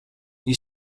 you